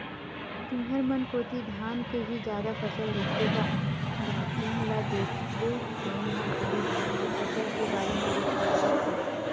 तुंहर मन कोती धान के ही जादा फसल लेथे का गा जेन ल देखबे तेन ह खाली धान के फसल के बारे म गोठियावत हे?